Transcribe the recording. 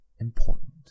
important